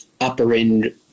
upper-end